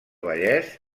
vallès